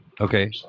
Okay